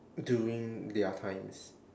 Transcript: during their times